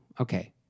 okay